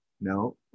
No